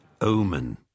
Omen